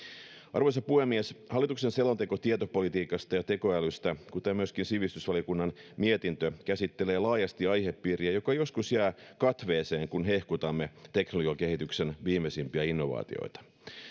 arvoisa puhemies hallituksen selonteko tietopolitiikasta ja tekoälystä kuten myöskin sivistysvaliokunnan mietintö käsittelee laajasti aihepiiriä joka joskus jää katveeseen kun hehkutamme teknologiakehityksen viimeisimpiä innovaatioita